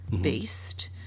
based